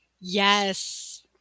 Yes